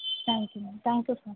thank you madam thank you so much